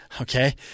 Okay